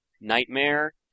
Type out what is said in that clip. Nightmare